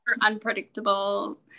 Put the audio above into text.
unpredictable